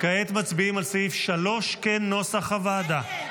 כנוסח הוועדה,